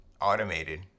automated